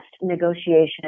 negotiation